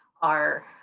our